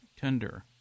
tender